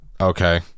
Okay